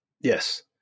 Yes